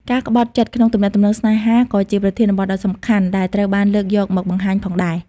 ការក្បត់ចិត្តក្នុងទំនាក់ទំនងស្នេហាក៏ជាប្រធានបទដ៏សំខាន់ដែលត្រូវបានលើកយកមកបង្ហាញផងដែរ។